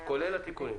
כולל התיקונים,